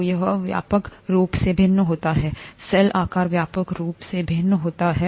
तो यह व्यापक रूप से भिन्न होता है सेल आकार व्यापक रूप से भिन्न होता है